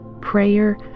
Prayer